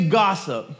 gossip